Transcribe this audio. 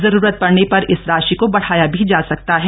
जरूरत पड़ने पर इस राशि को बढ़ाया भी जा सकता है